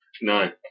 No